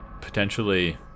potentially